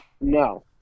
no